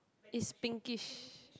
it's pinkish